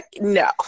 No